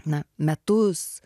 na metus